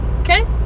okay